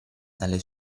dalle